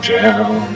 down